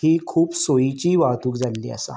ही खूब सोयीची वाहतूक जाल्ली आसा